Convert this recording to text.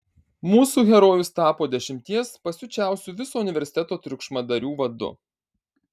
mūsų herojus tapo dešimties pasiučiausių viso universiteto triukšmadarių vadu